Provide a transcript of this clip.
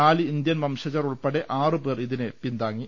നാല് ഇന്ത്യൻ വംശജർ ഉൾപ്പെടെ ആറു പേർ ഇതിനെ പിന്താങ്ങി